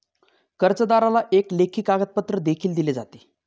कर्जदाराला एक लेखी कागदपत्र देखील दिले जाते